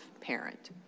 parent